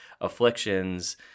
afflictions